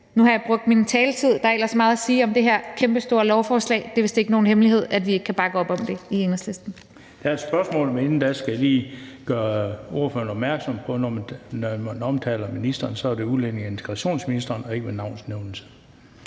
Nu har jeg brugt min taletid. Der er ellers meget at sige om det her kæmpestore lovforslag. Det er vist ikke nogen hemmelighed, at vi ikke kan bakke op om det i Enhedslisten. Kl. 14:15 Den fg. formand (Bent Bøgsted): Der er et spørgsmål, men inden da skal jeg lige gøre ordføreren opmærksom på, at når man omtaler ministeren, så er det som udlændinge- og integrationsministeren og ikke ved navns nævnelse.